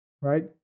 Right